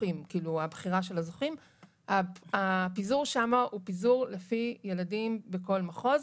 הזוכים והפיזור הוא לפי ילדים בכל מחוז.